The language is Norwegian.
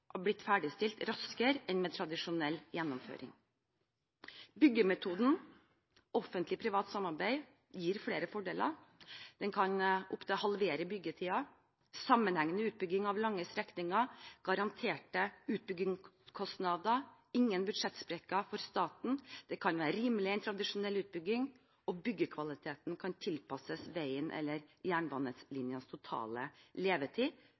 veiene blitt ferdigstilt raskere enn med tradisjonell gjennomføring. Byggemetoden offentlig–privat samarbeid gir flere fordeler. Den kan opptil halvere byggetiden, den gi sammenhengende utbygging av lange strekninger, garanterte utbyggingskostnader, ingen budsjettsprekker for staten, den kan være rimeligere enn tradisjonell utbygging, og byggekvaliteten kan tilpasses veiens eller jernbanelinjens totale levetid,